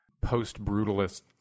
post-brutalist